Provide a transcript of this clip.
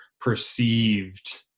perceived